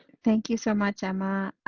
thank you so much, emma.